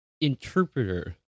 interpreter